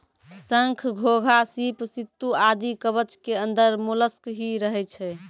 शंख, घोंघा, सीप, सित्तू आदि कवच के अंदर मोलस्क ही रहै छै